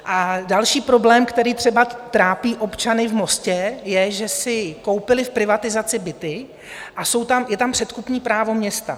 A další problém, který třeba trápí občany v Mostě, je, že si koupili v privatizaci byty a je tam předkupní právo města.